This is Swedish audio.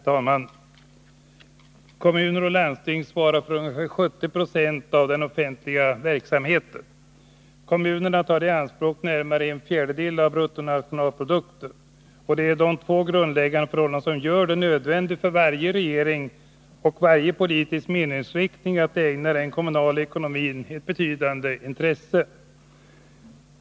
Herr talman! Kommuner och landsting svarar för ungefär 70 90 av den offentliga verksamheten. Kommunerna tar i anspråk närmare en fjärdedel av bruttonationalprodukten. Det är två grundläggande förhållanden som gör det nödvändigt för varje regering och varje politisk meningsriktning att ägna den kommunala ekonomin ett betydande intresse.